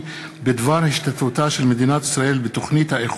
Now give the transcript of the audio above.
ההצעה התקבלה, והיא תעבור לדיון